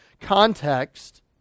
context